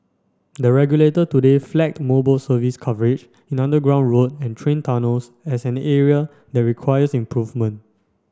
the regulator today flag mobile service coverage in underground road and train tunnels as an area that requires improvement